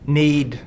need